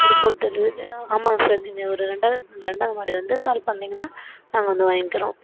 ஒரு food delivery ஆ ஆமாம் சார் நீங்கள் ஒரு ரெண்டாவது ரெண்டாவது மாடி வந்து கால் பண்ணிங்கன்னால் நாங்கள் வந்து வாய்ங்க்கிறோம்